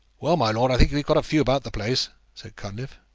well, my lord, i think we've got a few about the place said cunliffe.